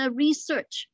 research